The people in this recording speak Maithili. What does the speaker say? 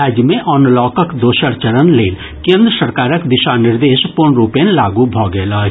राज्य मे अनलॉकक दोसर चरण लेल केन्द्र सरकारक दिशा निर्देश पूर्णरूपेण लागू भऽ गेल अछि